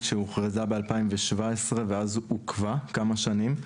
שהוכרזה ב-2017 ואז עוכבה כמה שנים.